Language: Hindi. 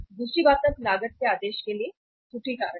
दूसरी बात अब लागत के आदेश के लिए त्रुटि कारक है